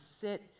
sit